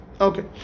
Okay